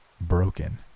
broken